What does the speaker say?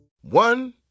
one